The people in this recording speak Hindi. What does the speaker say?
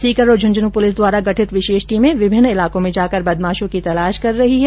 सीकर और झंझन् पुलिस द्वारा गठित विशेष टीमें विभिन्न इलाको में जाकर बदमाशों की तलाश कर रही है